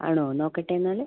ആണോ നോക്കട്ടെ എന്നാല്